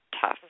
tough